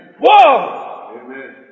Whoa